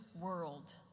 world